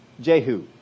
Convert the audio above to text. Jehu